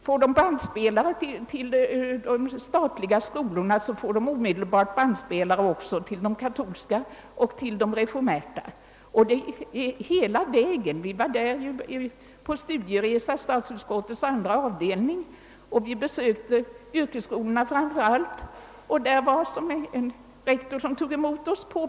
Får man bandspelare till de statliga skolorna så får man omedelbart bandspelare också till de katolska och till de reformerta skolorna. Statsutskottets andra avdelning var i Holland på studieresa och besökte framför allt yrkesskolor.